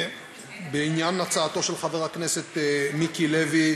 בעניין הצעתו של חבר הכנסת מיקי לוי,